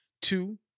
two